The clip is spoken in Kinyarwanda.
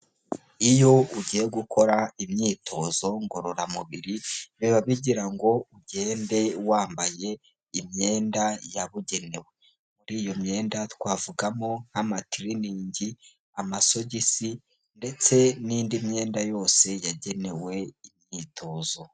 Iyo ugiye gukora imyitozo ngororamubiri, biba bigira ngo ugende wambaye imyenda yabugenewe. Muri iyo myenda twavugamo, nk'amatiriningi, amasogisi ndetse n'indi myenda yose yagenewe imyitozo.